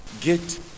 get